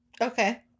Okay